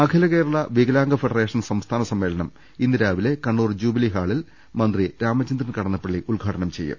അഖില കേരള വികലാംഗ ഫെഡറേഷൻ സംസ്ഥാന സമ്മേളനം ഇന്ന് രാവിലെ കണ്ണൂർ ജൂബിലി ഹാളിൽ മന്ത്രി രാമചന്ദ്രൻ കട ന്നപ്പള്ളി ഉദ്ഘാടനം ചെയ്യും